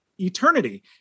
eternity